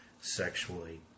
sexually